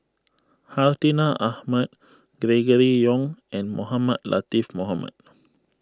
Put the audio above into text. Hartinah Ahmad Gregory Yong and Mohamed Latiff Mohamed